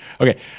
Okay